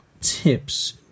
tips